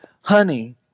honey